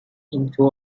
into